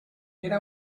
era